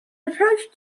approach